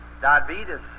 diabetes